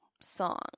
song